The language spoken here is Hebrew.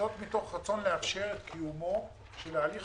זאת מתוך רצון לאפשר את קיומו של ההליך